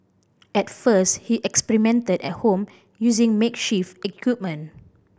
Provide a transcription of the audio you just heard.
at first he experimented at home using makeshift equipment